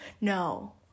No